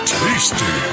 tasty